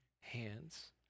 hands